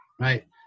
Right